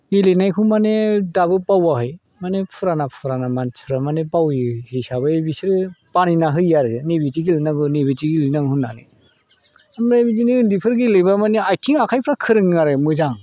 गेलेनायखौ माने दाबो बावाखै माने फुराना फुराना मानसिफ्रा माने बावै हिसाबै बिसोरो बानायनानै होयो आरो नैबायदि गेलेनांगौ नैबायदि गेलेनांगौ होननानै ओमफ्राय बिदिनो उन्दैफोर गेलेबा माने आथिं आखाइफ्रा खोरोङो आरो मोजां